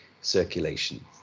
circulation